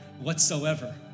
whatsoever